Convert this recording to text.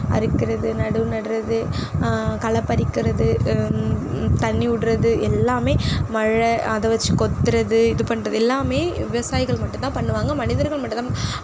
அறுக்கிறது நடவு நடுறது களை பறிக்கிறது தண்ணி விடுறது எல்லாமே மழை அதை வெச்சு கொத்துறது இது பண்ணுறது எல்லாமே விவசாயிகள் மட்டும் தான் பண்ணுவாங்க மனிதர்கள் மட்டும் தான்